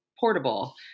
portable